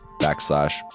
backslash